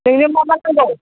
नोंनो मा मा नांगौ